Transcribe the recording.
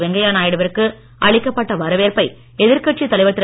வெங்கையா நாயுடுவிற்கு அளிக்கப்பட்ட வரவேற்பை எதிர்கட்சி தலைவர் கிரு